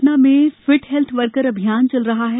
सतना में fit health worker अभियान चल रहा है